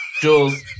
Jules